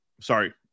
sorry